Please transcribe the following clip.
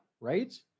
right